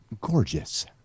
Gorgeous